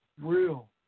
Real